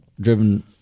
driven